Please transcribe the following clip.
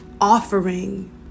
offering